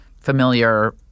familiar –